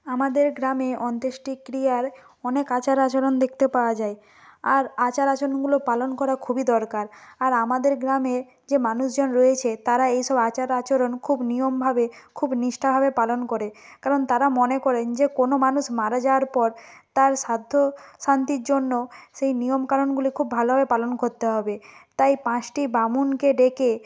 আমাদের গ্রামে অন্ত্যেষ্টিক্রিয়ার অনেক আচার আচরণ দেখতে পাওয়া যায় আর আচার আচরণগুলো পালন করা খুবই দরকার আর আমাদের গ্রামের যে মানুষজন রয়েছে তারা এই সব আচার আচরণ খুব নিয়মভাবে খুব নিষ্ঠাভাবে পালন করে কারণ তারা মনে করেন যে কোনো মানুষ মারা যাওয়ার পর তার শ্রাদ্ধ শান্তির জন্য সেই নিয়মকানুনগুলি খুব ভালোভাবে পালন করতে হবে তাই পাঁচটি বামুনকে ডেকে